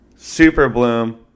Superbloom